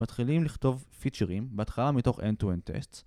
מתחילים לכתוב פיצ'רים בהתחלה מתוך end-to-end tests